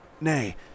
nay